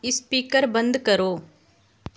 speaker बंद करो